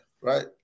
right